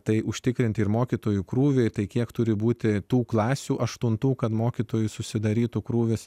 tai užtikrinti ir mokytojų krūviai tai kiek turi būti tų klasių aštuntų kad mokytojų susidarytų krūvis